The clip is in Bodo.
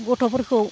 गथ'फोरखौ